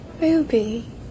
Ruby